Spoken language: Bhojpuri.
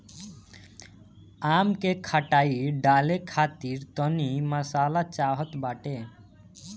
आम के खटाई डाले खातिर तनी मसाला चाहत बाटे